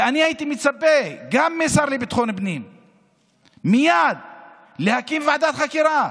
ואני הייתי מצפה גם מהשר לביטחון הפנים להקים מייד ועדת חקירה,